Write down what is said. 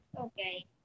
Okay